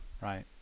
Right